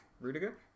Rudiger